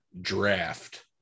draft